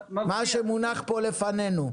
מה שמונח פה לפנינו.